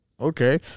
Okay